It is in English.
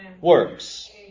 works